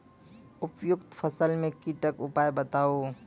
उपरोक्त फसल मे कीटक उपाय बताऊ?